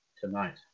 tonight